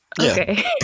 Okay